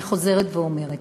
אני חוזרת ואומרת,